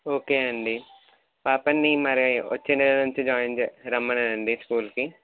okay అండి పాపని మరి వచ్చే నెల నుంచి జాయిన్ చ రమ్మనండి స్కూల్కి